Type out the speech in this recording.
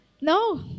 No